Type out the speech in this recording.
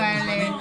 כמובן.